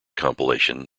compilation